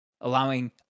allowing